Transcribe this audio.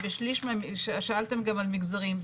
שאלתם גם על מגזרים.